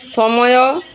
ସମୟ